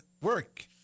work